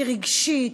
היא רגשית,